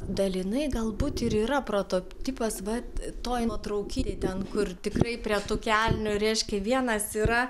dalinai galbūt ir yra protop tipas va toj nuotraukytėj ten kur tikrai prie tų kelnių reiškia vienas yra